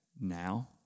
now